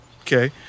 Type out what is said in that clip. Okay